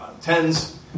Tens